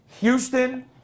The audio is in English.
Houston